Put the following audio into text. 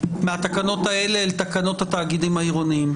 מהתקנות האלה אל תקנות התאגידים העירוניים.